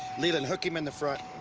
leland, hook him in the front.